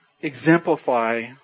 exemplify